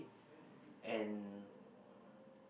and